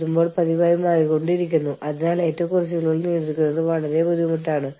ഏതൊരു ഓർഗനൈസേഷനിലും ജീവനക്കാരുടെ ഡാറ്റ സംരക്ഷിക്കേണ്ടത് വളരെ പ്രധാനമാണ്